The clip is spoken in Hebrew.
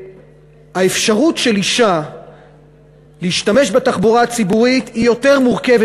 האפשרות של אישה להשתמש בתחבורה הציבורית היא יותר מורכבת